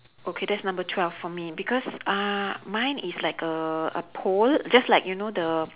okay that's number twelve for me because uh mine is like err a pole just like you know the